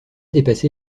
dépassé